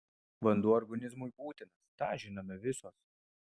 vanduo organizmui būtinas tą žinome visos